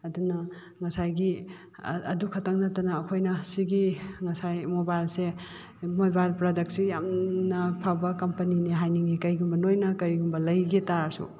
ꯑꯗꯨꯅ ꯉꯁꯥꯏꯒꯤ ꯑꯗꯨ ꯈꯛꯇꯪ ꯅꯠꯇꯅ ꯑꯩꯈꯣꯏꯅ ꯁꯤꯒꯤ ꯉꯁꯥꯏ ꯃꯣꯕꯥꯏꯜꯁꯦ ꯃꯣꯕꯥꯏꯜ ꯄ꯭ꯔꯗꯛꯁꯤ ꯌꯥꯝꯅ ꯐꯕ ꯀꯝꯄꯅꯤꯅꯤ ꯍꯥꯏꯅꯤꯡꯉꯤ ꯀꯩꯒꯨꯝꯕ ꯅꯣꯏꯅ ꯀꯔꯤꯒꯨꯝꯕ ꯂꯩꯒꯦ ꯇꯥꯔꯁꯨ